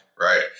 right